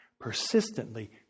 Persistently